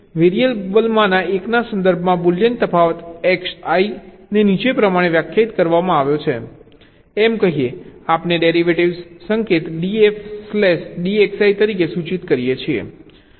વેરીએબલમાંના એકના સંદર્ભમાં બુલિયન તફાવત Xi ને નીચે પ્રમાણે વ્યાખ્યાયિત કરવામાં આવ્યો છે એમ કહીએ આપણે ડેરિવેટિવ્સ સંકેત dfdxi તરીકે સૂચિત કરીએ છીએ